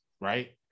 right